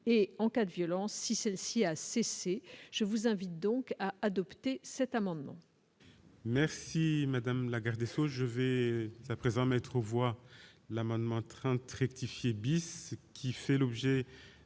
et en cas de violence si celle-ci a cessé, je vous invite donc à adopter cet amendement. Merci madame la garde des Sceaux, je vais à présent mettre aux voix l'amendement train très bis qui fait l'objet